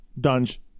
Dunge